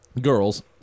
girls